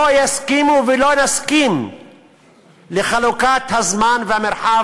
לא יסכימו ולא נסכים לחלוקת הזמן והמרחב